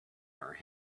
our